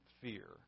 fear